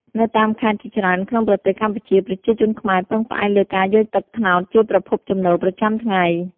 នៅតាមខេត្តជាច្រើនក្នុងប្រទេសកម្ពុជា ប្រជាជនខ្មែរពឹងផ្អែកលើការយកទឹកត្នោតជាប្រភពចំណូលប្រចាំថ្ងៃ។